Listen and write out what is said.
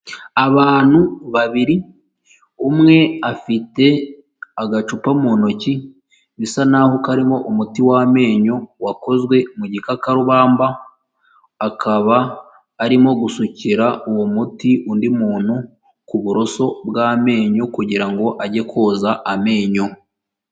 Abantu babiri, umwe afite agacupa mu ntoki bisa nk'aho karimo umuti w'amenyo wakozwe mu gikakarubamba, akaba arimo gusukira uwo muti undi muntu ku buroso bw'amenyo kugira ngo ajye koza amenyo.